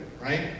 right